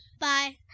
Bye